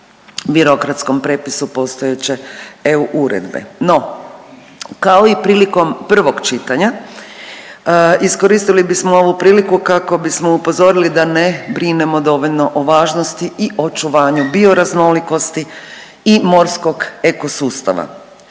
birokratskom prepisu postojeće EU uredbe. No kao i prilikom prvog čitanja iskoristili bismo ovu priliku kako bismo upozorili da ne brinemo dovoljno o važnosti i očuvanju bioraznolikosti i morskog eko sustava